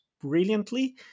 brilliantly